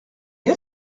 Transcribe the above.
est